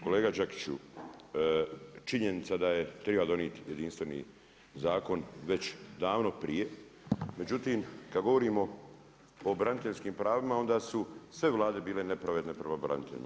Kolega Đakiću, činjenica da je treba donijeti jedinstveni zakon već davno prije, međutim kad govorimo o braniteljskim pravima, onda su sve Vlade bile nepravedne prema braniteljima.